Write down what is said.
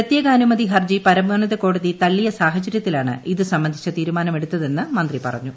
പ്രത്യേകാനുമതി ഹർജി പരമോന്നത കോടതി തള്ളിയ സാഹചര്യത്തിലാണ് ഇതു സംബന്ധിച്ച തീരുമാനമെടുത്തതെന്ന് മന്ത്രി പറഞ്ഞു